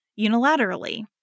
unilaterally